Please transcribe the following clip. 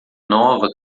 nova